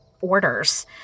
orders